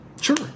sure